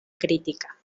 crítica